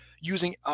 using